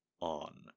on